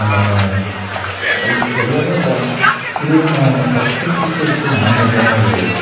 மனோ எல்லாருமே போனோம் இதுதான் நாங்கள் ஃபர்ஸ்ட்டு ட்ரிப்பு எடுத்து நாங்கள் போன ஒரு